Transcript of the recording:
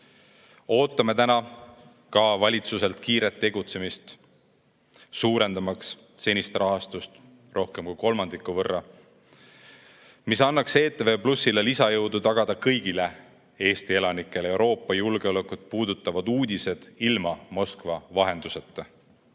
Ootame ka nüüd valitsuselt kiiret tegutsemist, suurendamaks senist rahastust rohkem kui kolmandiku võrra, mis annaks kanalile ETV+ lisajõudu tagada kõigile Eesti elanikele Euroopa julgeolekut puudutavad uudised ilma Moskva vahenduseta.